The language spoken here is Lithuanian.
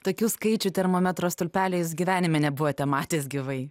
tokių skaičių termometro stulpeliais gyvenime nebuvote matęs gyvai